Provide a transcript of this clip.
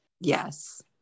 Yes